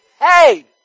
Hey